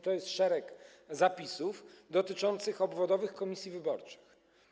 To jest szereg zapisów dotyczących obwodowych komisji wyborczych.